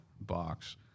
box